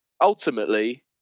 ultimately